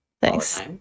Thanks